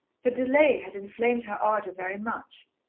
the delay had inflamed her ardour very much.